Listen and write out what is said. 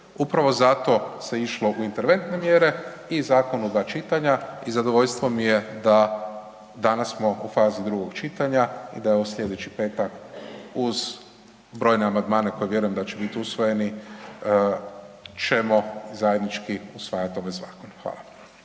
Upravo zato se išlo u interventne mjere i zakon u dva čitanja i zadovoljstvo mi je da smo danas u fazi drugog čitanja i da je u sljedeći petak uz brojne amandmane koje vjerujem da će biti usvojeni ćemo zajednički usvajati ovaj zakon. Hvala.